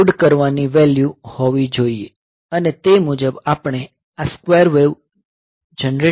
આ લોડ કરવાની વેલ્યુ હોવી જોઈએ અને તે મુજબ આપણે આ સ્ક્વેર વેવ જનરેટ કરી શકીએ છીએ